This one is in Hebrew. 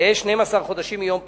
תהא 12 חודשים מיום פרסומו,